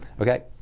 okay